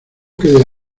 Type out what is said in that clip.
quede